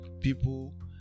people